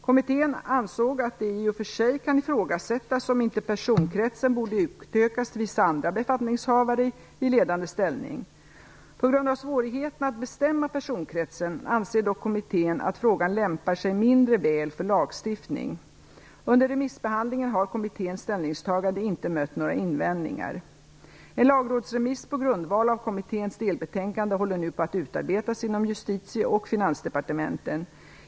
Kommittén ansåg att det i och för sig kan ifrågasättas om inte personkretsen borde utökas till vissa andra befattningshavare i ledande ställning. På grund av svårigheterna att bestämma personkretsen anser dock kommittén att frågan lämpar sig mindre väl för lagstiftning. Under remissbehandlingen har kommitténs ställningstagande inte mött några invändningar. En lagrådsremiss på grundval av kommitténs delbetänkande håller nu på att utarbetas inom Justitieoch Finansdepartementen.